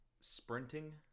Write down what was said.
sprinting